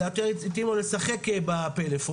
אלא יותר התאים לו לשחק בפלאפון.